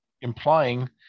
implying